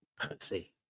Percy